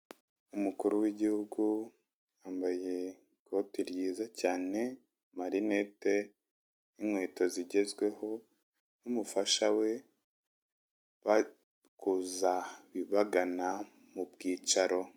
Umukuru w'igihugu, wambaye ikote ryiza cyane, amarinete, n'inkweto zigezweho, n'umufasha we, bari kuza bagana mu bwicaro.